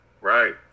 right